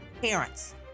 parents